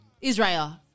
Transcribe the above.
Israel